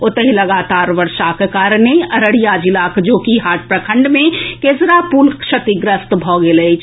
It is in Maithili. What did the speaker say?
ओतहि लगातार बर्षाक कारणे अररिया जिलाक जोकीहाट प्रखंड मे केसरा पुल क्षतिग्रस्त भऽ गेल अछि